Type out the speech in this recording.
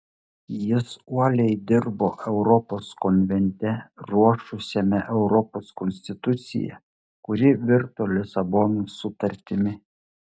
jis uoliai dirbo europos konvente ruošusiame europos konstituciją kuri virto lisabonos sutartimi